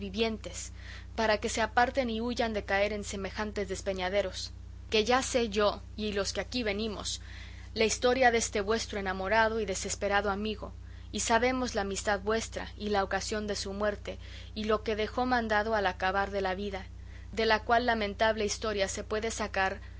vivientes para que se aparten y huyan de caer en semejantes despeñaderos que ya sé yo y los que aquí venimos la historia deste vuestro enamorado y desesperado amigo y sabemos la amistad vuestra y la ocasión de su muerte y lo que dejó mandado al acabar de la vida de la cual lamentable historia se puede sacar